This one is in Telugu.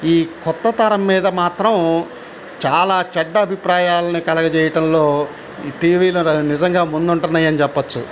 ఈ కొత్తతరం మీద మాత్రం చాలా చెడ్డ అభిప్రాయాలని కలుగచేయటంలో ఈ టీవీలన నిజంగా ముందుంటున్నాయి అని చెప్పచ్చు